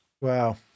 Wow